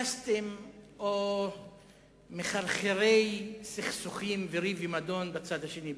סרקסטים או מחרחרי סכסוכים וריב ומדון בצד השני,